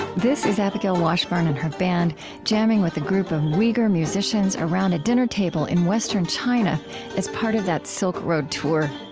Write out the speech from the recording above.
this is abigail washburn and her band jamming with a group of uyghur musicians around the dinner table in western china as part of that silk road tour